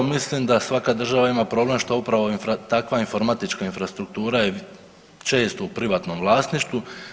Mislim da svaka država ima problem što upravo takva informatička infrastruktura je često u privatnom vlasništvu.